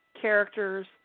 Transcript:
characters